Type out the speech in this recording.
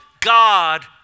God